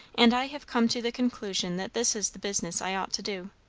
and i have come to the conclusion that this is the business i ought to do.